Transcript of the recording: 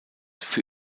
für